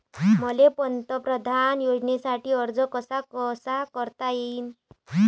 मले पंतप्रधान योजनेसाठी अर्ज कसा कसा करता येईन?